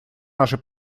наше